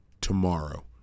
tomorrow